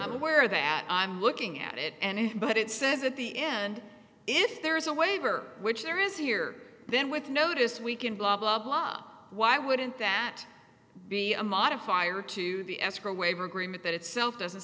i'm aware that i'm looking at it and but it says at the end if there is a waiver which there is here then with notice we can blah blah blah why wouldn't that be a modifier to the escrow waiver agreement that itself doesn't